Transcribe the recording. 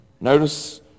Notice